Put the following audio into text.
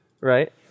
right